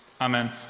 Amen